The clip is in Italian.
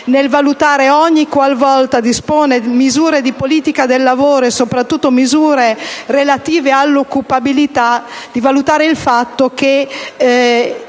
a valutare, ogni qualvolta dispone misure di politica del lavoro e, soprattutto, misure relative all’occupabilita`, il fatto che